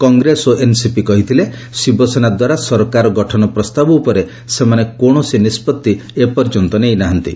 କଂଗ୍ରେସ ଓ ଏନ୍ସିପି କହିଥିଲେ ଶିବସେନା ଦ୍ୱାରା ସରକାର ଗଠନ ପ୍ରସ୍ତାବ ଉପରେ ସେମାନେ କୌଣସି ନିଷ୍ପଭି ଏପର୍ଯ୍ୟନ୍ତ ନେଇନାହାନ୍ତି